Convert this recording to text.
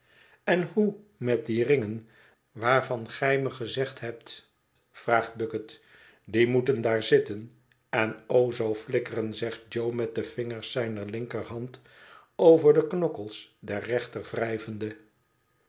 en hoe met die ringen waarvan ge mij gezegd hebt vraagt bucket die moeten daar zitten en o zoo flikkeren zegt jo met de vingers zijner linkerhand over de knokkels der